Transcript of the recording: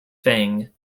feng